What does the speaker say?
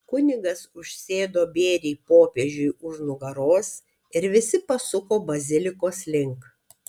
kunigas užsėdo bėrį popiežiui už nugaros ir visi pasuko bazilikos link